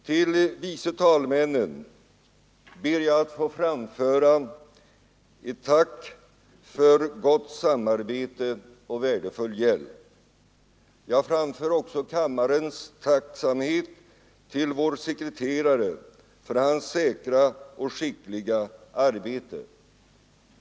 Till vice talmännen ber jag få framföra ett tack för gott samarbete och värdefull hjälp. Jag framför också kammarens tacksamhet till vår sekreterare för hans säkra och skickliga arbete.